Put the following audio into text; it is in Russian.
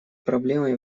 проблемой